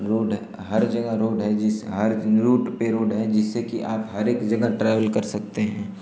road है हर जगह रोड है जिस हर रूट पर रोड है जिससे कि आप हरेक जगह ट्रेवल कर सकते हैं